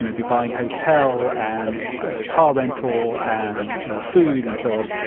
you know be buying hotel and a car rental and food and so on.